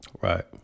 Right